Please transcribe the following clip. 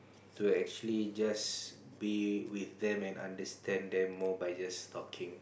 to actually just be with them and understand them more by just talking